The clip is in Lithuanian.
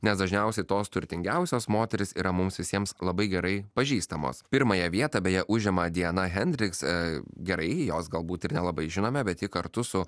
nes dažniausiai tos turtingiausios moterys yra mums visiems labai gerai pažįstamos pirmąją vietą beje užima diana hendriks gerai jos galbūt ir nelabai žinome bet kartu su